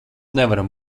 nevaram